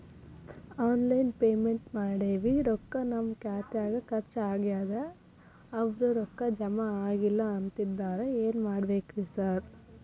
Online payment ಮಾಡೇವಿ ರೊಕ್ಕಾ ನಮ್ ಖಾತ್ಯಾಗ ಖರ್ಚ್ ಆಗ್ಯಾದ ಅವ್ರ್ ರೊಕ್ಕ ಜಮಾ ಆಗಿಲ್ಲ ಅಂತಿದ್ದಾರ ಏನ್ ಮಾಡ್ಬೇಕ್ರಿ ಸರ್?